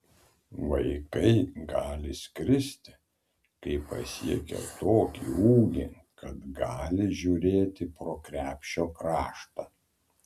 vaikai gali skristi kai pasiekia tokį ūgį kad gali žiūrėti pro krepšio kraštą